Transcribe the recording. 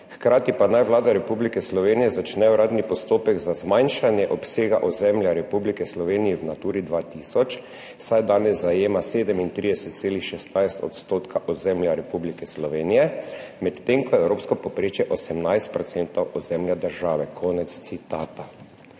»Hkrati pa naj Vlada Republike Slovenije začne uradni postopek za zmanjšanje obsega ozemlja Republike Slovenije v Naturi 2000, saj danes zajema 37,16 % odstotka ozemlja Republike Slovenije, medtem ko je evropsko povprečje 18 % ozemlja države.« Konec citata.